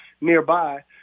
nearby